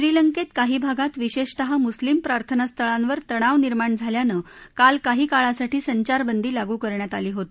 श्रीलंकेत काही भागात विषेशतः मुस्लिम प्रार्थनास्थळांवर तणाव निर्माण झाल्यानं काल काही काळासाठी संचारबंदी लागू करण्यात आली होती